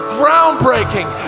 groundbreaking